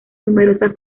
numerosas